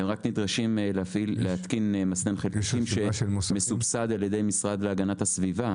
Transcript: הם רק נדרשים להתקין מסנן חלקיקים שמסובסד על ידי המשרד להגנת הסביבה,